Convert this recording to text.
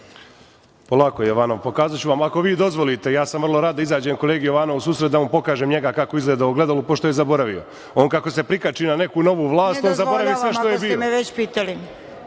Polako Jovanov, pokazaću vam. Ako vi dozvolite, ja sam vrlo rad da izađem kolegi Jovanovu u susret, da mu pokažem njega kako izgleda u ogledalu, pošto je zaboravio. On kako se prikači na neku novu vlast, on zaboravi sve što je bio.